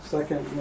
Second